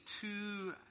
two